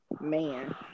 Man